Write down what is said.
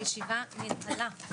הישיבה ננעלה.